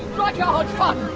rudyard funn!